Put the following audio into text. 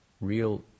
real